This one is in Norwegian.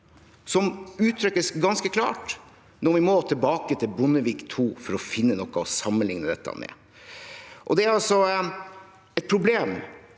som uttrykkes ganske klart når vi må tilbake til Bondevik II for å finne noe å sammenligne dette med. Det er altså et problem